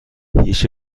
هیچ